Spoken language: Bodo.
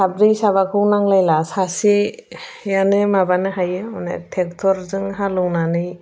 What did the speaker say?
साब्रै साबाखौ नांलायला सासेयानो माबानो हायो माने टेक्टरजों हालेवनानै